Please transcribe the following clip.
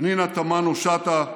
פנינה תמנו שטה,